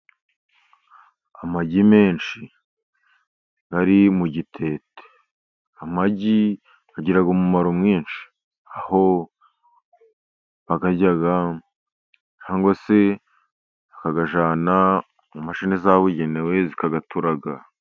Amagi menshi ari mu gitete. Amagi agira umumaro mwinshi, aho bayarya cyangwa se bakayajyana mu mashini zabugenewe, zikayaturaga.